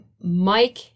Mike